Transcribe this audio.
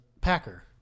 Packer